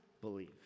believe